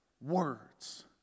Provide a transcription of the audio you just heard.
words